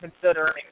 considering